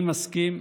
אני מסכים.